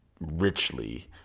richly